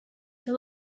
the